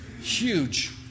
huge